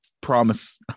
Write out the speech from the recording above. promise